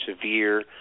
severe